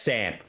Sam